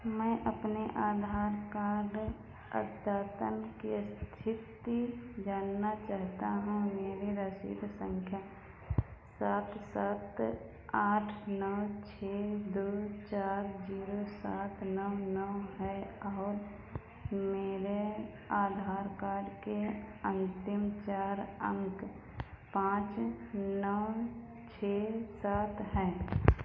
मैं अपने आधार कार्ड अद्यतन की स्थिति जानना चाहता हूँ मेरी रसीद संख्या सात सात आठ नौ छः दो चार जीरो सात नौ नौ है और मेरे आधार कार्ड के अंतिम चार अंक पाँच नौ छः सात है